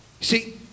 See